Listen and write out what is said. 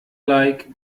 like